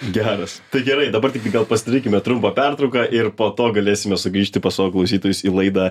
geras tai gerai dabar tiktai gal pasidarykime trumpą pertrauką ir po to galėsime sugrįžti pas savo klausytojus į laidą